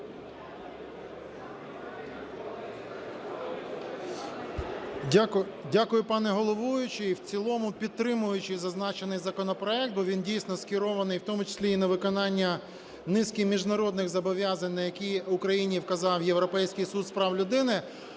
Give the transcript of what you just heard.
Дякую, пане головуючий. В цілому підтримуючи зазначений законопроект, бо він дійсно скерований, в тому числі і на виконання низки міжнародних зобов'язань, на які Україні вказав Європейський суд з прав людини,